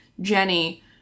Jenny